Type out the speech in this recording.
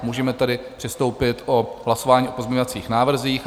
Můžeme tedy přistoupit k hlasování o pozměňovacích návrzích.